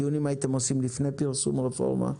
דיונים הייתם עושים לפני פרסום הרפורמה,